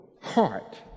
heart